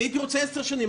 אני הייתי רוצה 10 שנים,